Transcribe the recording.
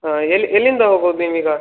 ಹಾಂ ಎಲ್ಲಿ ಎಲ್ಲಿಂದ ಹೋಗೋದು ನೀವೀಗ